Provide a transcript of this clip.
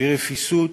ברפיסות,